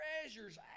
treasures